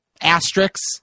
asterisks